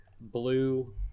Blue